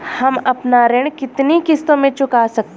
हम अपना ऋण कितनी किश्तों में चुका सकते हैं?